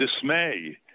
dismay